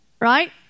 Right